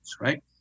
right